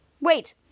wait